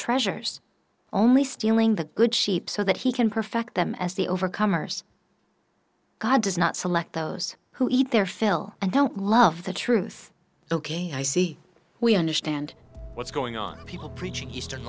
treasures only stealing the good sheep so that he can perfect them as the overcomers god does not select those who eat their fill and don't love the truth ok i see we understand what's going on people preaching eastern